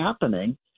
happening